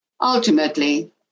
Ultimately